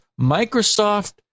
Microsoft